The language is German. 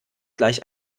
gleich